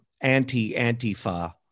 anti-Antifa